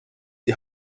die